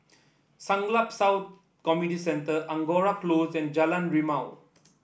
Siglap South Community Centre Angora Close and Jalan Rimau